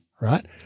right